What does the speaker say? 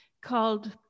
called